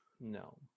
No